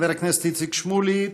חבר הכנסת איציק שמולי,